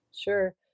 Sure